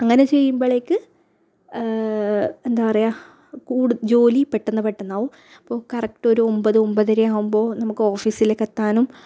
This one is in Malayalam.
അങ്ങനെ ചെയ്യുമ്പോളേക്ക് എന്താണ് പറയുക കൂട് ജോലി പെട്ടെന്ന് പെട്ടെന്നാവും അപ്പോൾ കറക്റ്റ് ഒരു ഒമ്പത് ഒമ്പതരയാവുമ്പോൾ നമുക്ക് ഓഫീസിലേക്ക് എത്താനും